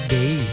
day